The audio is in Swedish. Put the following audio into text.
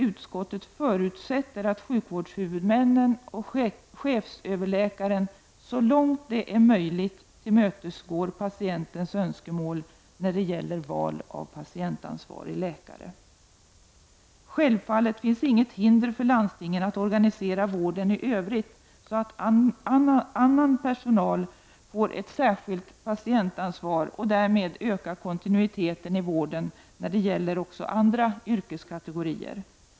Utskottet förutsätter att sjukvårdshuvudmännen och chefsöverläkaren så långt det är möjligt tillmötesgår patientens önskemål när det gäller val av patientansvarig läkare. Självfallet finns inget hinder för landstingen att organisera vården i övrigt så att annan personal får ett särskilt patientansvar. Därmed ökas kontinuiteten i vården för andra yrkeskategorier.